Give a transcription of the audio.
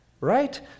right